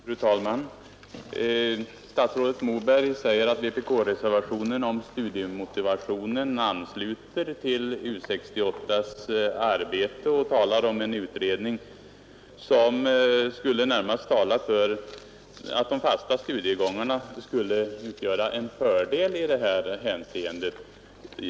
Fru talman! Statsrådet Moberg säger att vpk-reservationen om studiemotivationen ansluter till U 68:s arbete och säger att en utredning närmast talar för att de fasta studiegångarna skulle utgöra en fördel i detta hänseende.